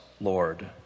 Lord